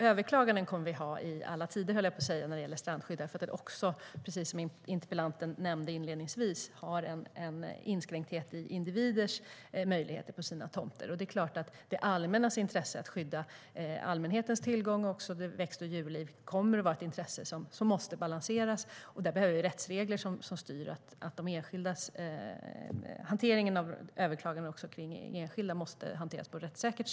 Överklaganden kommer alltid att finnas när det gäller strandskyddet. Precis som interpellanten nämnde inledningsvis inskränker strandskyddet individers möjligheter att bygga på sina tomter. Det allmännas intresse av att skydda allmänhetens tillgång till stränder och att skydda växter och djurliv måste balanseras. Där behövs rättsregler som styr. Hanteringen av enskildas överklaganden måste vara rättssäkert.